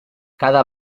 cada